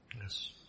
Yes